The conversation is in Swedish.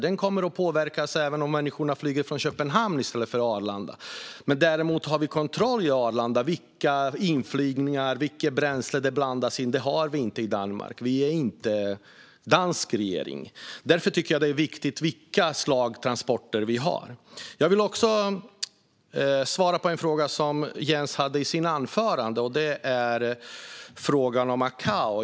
Miljön kommer att påverkas även om människorna flyger från Köpenhamn i stället för från Arlanda. Däremot har vi på Arlanda kontroll över vilka inflygningar som görs och vilket bränsle som blandas in. Det har vi inte i Danmark. Vi är inte en dansk regering. Därför är det viktigt vilka typer av transporter vi har. Jag vill också svara på en fråga som Jens Holm ställde i sitt anförande. Det är frågan om ICAO.